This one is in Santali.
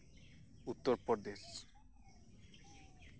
ᱩᱛᱛᱚᱨ ᱯᱨᱚᱫᱮᱥ